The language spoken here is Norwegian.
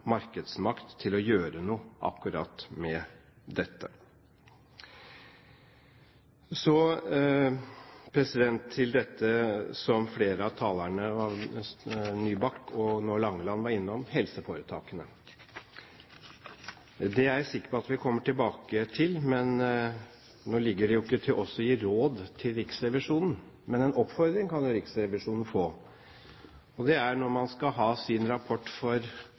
markedsmakt til å gjøre noe med akkurat dette. Så til dette som flere av talerne – Nybakk og nå Langeland – har vært innom: helseforetakene. Det er jeg sikker på at vi kommer tilbake til. Det ligger jo ikke til oss å gi råd til Riksrevisjonen, men en oppfordring kan jo Riksrevisjonen få. Når de skal avgi sin rapport for